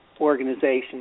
organization